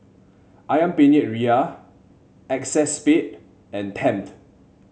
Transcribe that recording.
ayam Penyet Ria Acexspade and Tempt